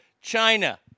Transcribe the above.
China